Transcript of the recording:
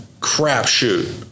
crapshoot